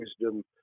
wisdom